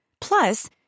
Plus